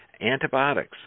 antibiotics